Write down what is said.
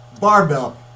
barbell